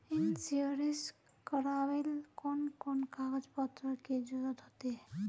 Insurance करावेल कोन कोन कागज पत्र की जरूरत होते?